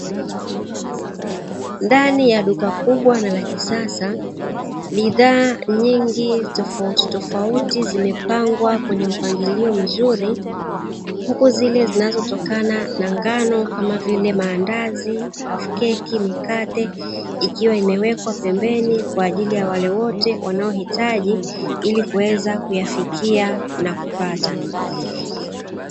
Ndani ya duka kubwa na la kisasa, bidhaa nyingi tofauti tofauti zimepangwa kwenye mpangilio mzuri, huku zile zinazotokana na ngano kama vile maandazi, hafukeki, mikate ikiwa imewekewa pembeni kwa ajili ya wale wote wanaohitaji, ili kuweza kuyafikia na kupata.